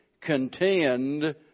contend